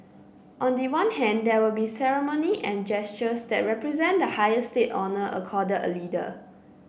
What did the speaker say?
on the one hand there will be ceremony and gestures that represent the highest state honour accorded a leader